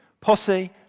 posse